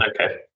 Okay